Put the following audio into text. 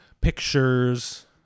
pictures